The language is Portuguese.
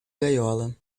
gaiola